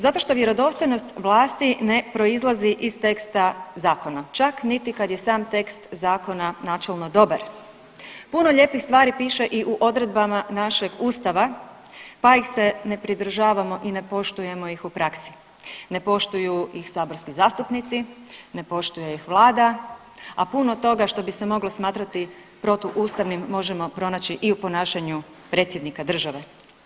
Zato što vjerodostojnost vlasti ne proizlazi iz teksta zakona čak niti kad je sam tekst zakona načelno dobar., Puno lijepih stvari piše i u odredbama našeg Ustava, pa ih se ne pridržavamo i ne poštujemo ih u praksi, ne poštuju ih saborski zastupnici, ne poštuje ih Vlada, a puno toga što bi se moglo smatrati protuustavnim možemo pronaći i u ponašanju predsjednika države.